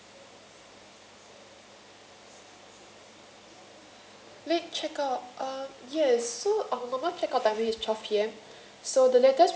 lead check out um yes so our normal check out time is twelve P_M